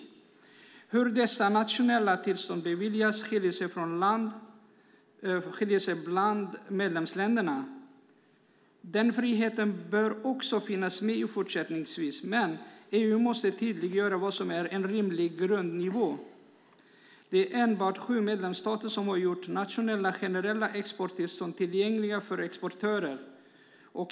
Vidare: "Hur dessa nationella tillstånd beviljas skiljer sig åt bland medlemsstaterna." Den friheten bör också finnas med fortsättningsvis, men EU måste tydliggöra vad som är en rimlig grundnivå. Det är enbart sju medlemsstater som har gjort nationella generella exporttillstånd tillgängliga för exportörer.